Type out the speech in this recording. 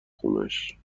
خونش